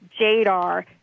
Jadar